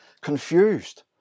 confused